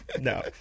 No